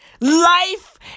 Life